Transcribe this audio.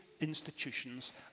institutions